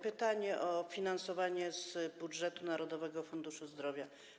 Pytanie o finansowanie z budżetu Narodowego Funduszu Zdrowia.